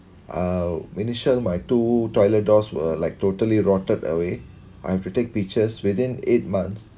uh initial my two toilet doors were like totally rotted away I have to take pictures within eight months